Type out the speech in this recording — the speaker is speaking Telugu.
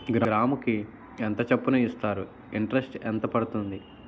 గ్రాముకి ఎంత చప్పున ఇస్తారు? ఇంటరెస్ట్ ఎంత పడుతుంది?